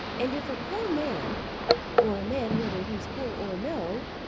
and if a poor man or a man whether he's poor or no,